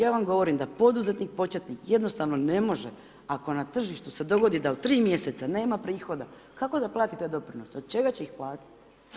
Ja vam govorim, da poduzetnik početnik jednostavno ne može, ako na tržištu se dogodi, da u 3 mj. nema prihod, kako da platite doprinose, od čega će platiti.